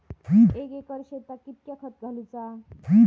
एक एकर शेताक कीतक्या खत घालूचा?